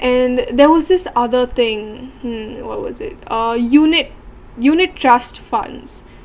and there was this other thing hmm what was it uh unit unit trust funds